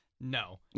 No